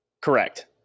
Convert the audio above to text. Correct